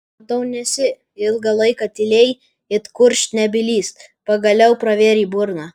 matau nesi ilgą laiką tylėjai it kurčnebylis pagaliau pravėrei burną